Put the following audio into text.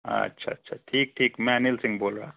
अच्छा अच्छा ठीक ठीक मैं अनिल सिंह बोल रहा था